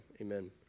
amen